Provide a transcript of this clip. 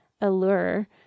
allure